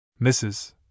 Mrs